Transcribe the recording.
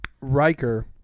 Riker